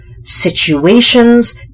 situations